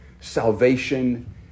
salvation